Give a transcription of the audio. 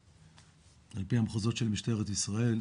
על פי המחוזות של משטרת ישראל.